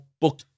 book